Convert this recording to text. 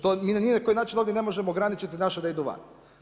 To ni na koji način ovdje ne možemo ograničiti naše da idu van.